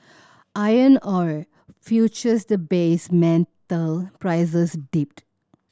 iron ore futures the base metal prices dipped